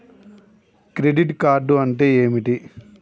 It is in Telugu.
క్రెడిట్ కార్డ్ అంటే ఏమిటి?